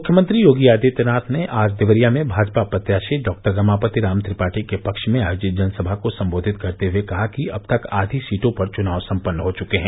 मुख्यमंत्री योगी आदित्यनाथ ने आज देवरिया में भाजपा प्रत्याशी डॉक्टर रामापति राम त्रिपाठी के पक्ष में आयोजित जनसभा को सम्बोधित करते हुये कहा कि अब तक आधी सीटों पर चुनाव सम्पन्न हो चुके हैं